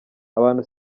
abantu